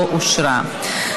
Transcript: לא אושרה.